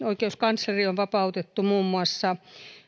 oikeuskansleri on vapautettu muun muassa